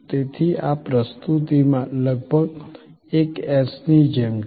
તેથી આ પ્રસ્તુતિમાં લગભગ એક S ની જેમ છે